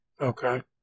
Okay